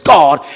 God